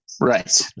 Right